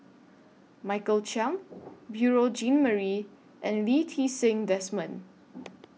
Michael Chiang Beurel Jean Marie and Lee Ti Seng Desmond